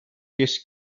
his